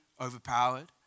overpowered